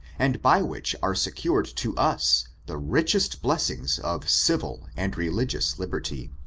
and by which are secured to us the richest blessings of civil and religious liberty.